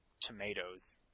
tomatoes